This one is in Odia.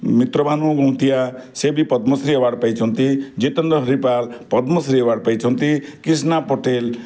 ମିତ୍ରଭାନୁ ସେ ବି ପଦ୍ମଶ୍ରୀ ଆୱାର୍ଡ଼ ପାଇଛନ୍ତି ଜିତେନ୍ଦ୍ର ହରିପାଲ ପଦ୍ମଶ୍ରୀ ଆୱାର୍ଡ଼ ପାଇଛନ୍ତି କ୍ରିଷ୍ଣା ପଟେଲ